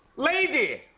lady.